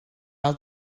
ail